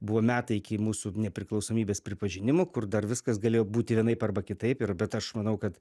buvo metai iki mūsų nepriklausomybės pripažinimo kur dar viskas galėjo būti vienaip arba kitaip ir bet aš manau kad